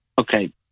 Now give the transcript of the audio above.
Okay